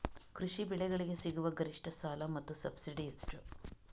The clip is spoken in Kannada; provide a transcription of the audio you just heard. ಕೃಷಿ ಬೆಳೆಗಳಿಗೆ ಸಿಗುವ ಗರಿಷ್ಟ ಸಾಲ ಮತ್ತು ಸಬ್ಸಿಡಿ ಎಷ್ಟು?